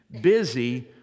busy